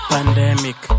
Pandemic